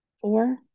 Four